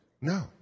no